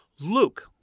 Luke